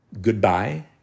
Goodbye